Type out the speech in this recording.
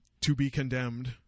to-be-condemned